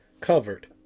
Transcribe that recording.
covered